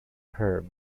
herb